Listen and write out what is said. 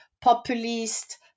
populist